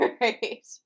Right